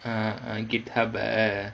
uh uh github uh